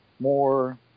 more